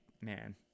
man